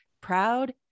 proud